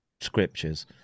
scriptures